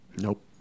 Nope